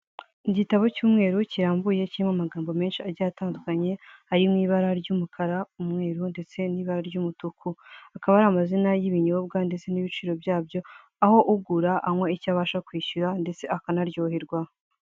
Igitabo cy'umweru kirambuye kirimo amagambo menshi agiye atandukanye harimo ibara ry'umukara, umweru ndetse n'ibara ry'umutuku akaba ari amazina y'ibinyobwa ndetse n'ibiciro byabyo aho ugura anywa icyo abasha kwishyura ndetse akanaryoherwa.